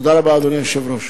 תודה רבה, אדוני היושב-ראש.